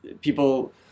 people